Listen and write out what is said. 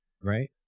right